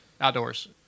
Outdoors